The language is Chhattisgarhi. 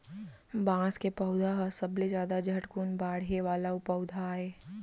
बांस के पउधा ह सबले जादा झटकुन बाड़हे वाला पउधा आय